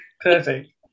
Perfect